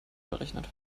berechnet